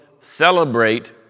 celebrate